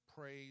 Praise